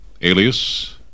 Alias